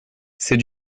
c’est